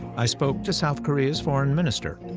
i spoke to south korea's foreign minister,